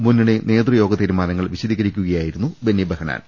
മുന്നണി നേതൃയോഗ തീരുമാന ങ്ങൾ വിശദീകരിക്കുകയായിരുന്നു ബെന്നി ബെഹ്നാൻ